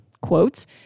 quotes